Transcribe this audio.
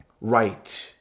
right